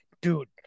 dude